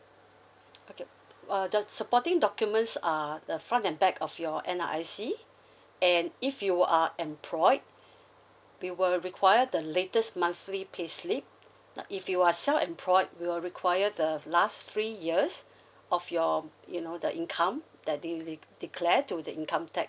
okay uh the supporting documents are the front and back of your N_R_I_C and if you are employed we will require the latest monthly pay slip now if you are self-employed we will require the last three years of your you know the income that they declare to the income tax